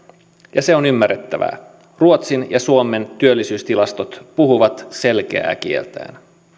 ja se on ymmärrettävää ruotsin ja suomen työllisyystilastot puhuvat selkeää kieltään